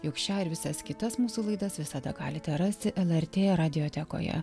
jog šią ir visas kitas mūsų laidas visada galite rasti lrt radiotekoje